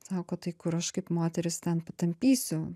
sako tai kur aš kaip moteris ten patampysiu